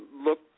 look